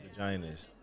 vaginas